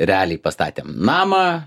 realiai pastatėm namą